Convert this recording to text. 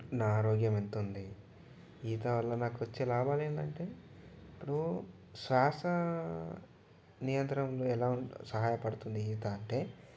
నా ఆరోగ్యం ఎంత ఉంది ఈత వల్ల నాకు వచ్చే లాభం ఏంటంటే ఇప్పుడు శ్వాస నియంత్రంలో ఎలా సహాయపడుతుంది ఈత అంటే